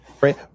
right